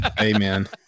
Amen